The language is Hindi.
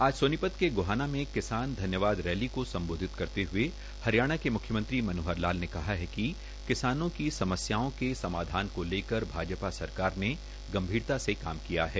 आज सोनीपत के गोहाना में किसान धन्यवाद रैली को सम्बोधित करते हए हरियाणा के म्ख्यमंत्री मनोहर लाल ने कहा है कि किसानों की समस्याओं के समाधान को लेकर भाजपा सरकार ने गंभीरता से काम किया है